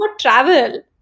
travel